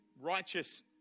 righteous